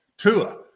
Tua